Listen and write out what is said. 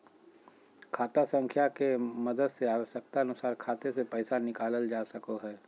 खाता संख्या के मदद से आवश्यकता अनुसार खाते से पैसा निकालल जा सको हय